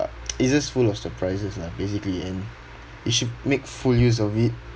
it's just full of surprises lah basically and we should make full use of it